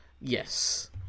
yes